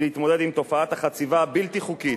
היא להתמודד עם תופעת החציבה הבלתי-חוקית,